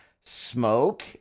smoke